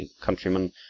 countrymen